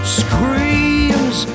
screams